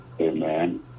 Amen